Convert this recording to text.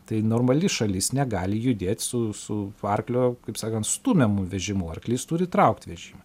tai normali šalis negali judėt su su arklio kaip sakant stumiamu vežimu arklys turi traukt vežimą